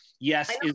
yes